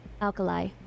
alkali